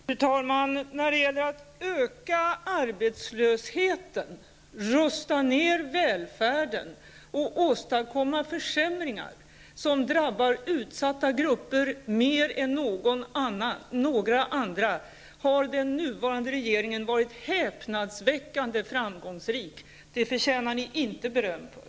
Fru talman! När det gäller att öka arbetslösheten, rusta ned välfärden och åstadkomma försämringar som drabbar utsatta grupper mer än några andra har den nuvarande regeringen varit häpnadsväckande framgångsrik. Det förtjänar ni inte beröm för.